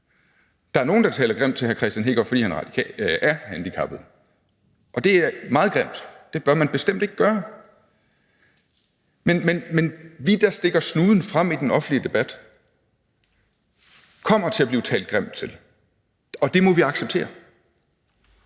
Der er andre, der taler grimt til hr. Kristian Hegaard, fordi han er handicappet, og det er meget grimt. Det bør man bestemt ikke gøre. Men vi, der stikker snuden frem i den offentlige debat, kommer ud for, at der bliver talt grimt til os, og det må vi acceptere.